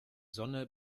sonne